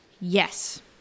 yes